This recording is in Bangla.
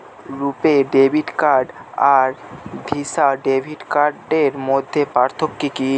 রূপে ডেবিট কার্ড আর ভিসা ডেবিট কার্ডের মধ্যে পার্থক্য কি?